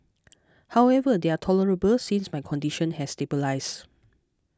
however they are tolerable since my condition has stabilised